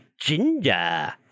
Ginger